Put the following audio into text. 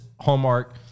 Hallmark